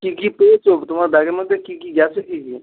কী কী পেয়েছ তোমার ব্যাগের মধ্যে কী কী গেছে কী কী